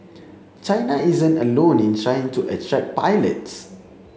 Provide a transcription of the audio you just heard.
China isn't alone in trying to attract pilots